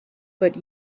but